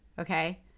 Okay